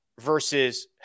versus